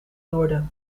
loerde